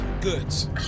Goods